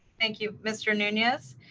thank you, mr. nunez.